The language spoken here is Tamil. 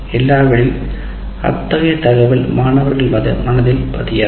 இல்லாவிடில் அத்தகைய தகவல் மாணவர்கள் மனதில் பதியாது